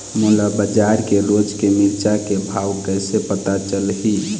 मोला बजार के रोज के मिरचा के भाव कइसे पता चलही?